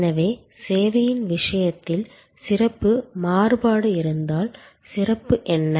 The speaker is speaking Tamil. எனவே சேவையின் விஷயத்தில் சிறப்பு மாறுபாடு இருந்தால் சிறப்பு என்ன